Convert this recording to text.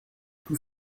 tout